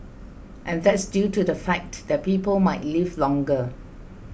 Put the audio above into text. and that's due to the fact that people might live longer